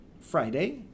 Friday